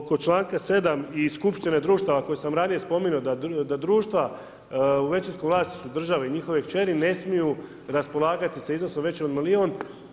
oko članka 7. i skupštine društava koju sam ranije spominjao, da društva u većinskom vlasništvu države i njihove kćeri ne smiju raspolagati sa iznosom većim od milijun.